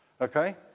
Okay